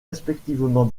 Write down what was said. respectivement